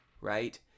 right